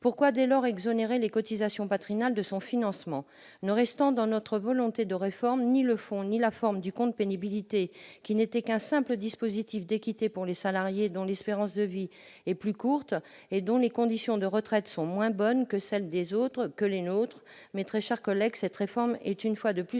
cesser de faire contribuer les cotisations patronales au financement ? Ne subsiste, dans votre projet de réforme, ni le fond ni la forme du compte pénibilité, qui n'était qu'un simple dispositif d'équité pour les salariés dont l'espérance de vie est plus courte et dont les conditions de retraite sont moins bonnes que celles des autres, que les nôtres,